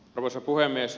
arvoisa puhemies